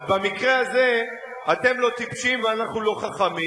אז במקרה הזה אתם לא טיפשים ואנחנו לא חכמים.